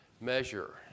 measure